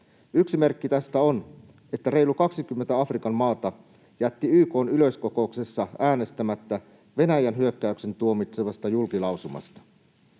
Yksi merkki tästä on, että reilu 20 Afrikan maata jätti YK:n yleiskokouksessa äänestämättä Venäjän hyökkäyksen tuomitsevasta julkilausumasta.